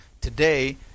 Today